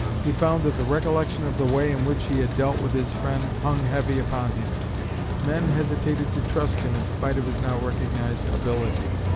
he found that the recollection of the way in which he had dealt with his friend hung heavy upon him men hesitated to trust him in spite of his now recognised ability.